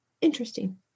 Interesting